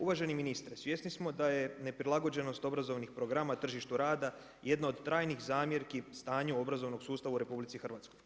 Uvaženi ministre, svjesni smo da je neprilagođenost obrazovnih programa tržištu rada jedno od trajnih zamjerki stanju obrazovnog sustavu u RH.